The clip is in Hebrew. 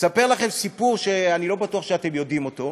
אספר לכם סיפור שאני לא בטוח שאתם יודעים אותו.